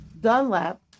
Dunlap